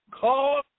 Call